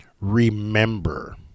remember